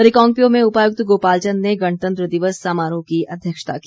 रिकांगपिओ में उपायुक्त गोपाल चंद ने गणतंत्र दिवस समारोह की अध्यक्षता की